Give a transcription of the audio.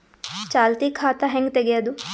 ಚಾಲತಿ ಖಾತಾ ಹೆಂಗ್ ತಗೆಯದು?